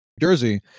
jersey